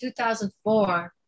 2004